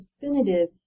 definitive